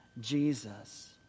Jesus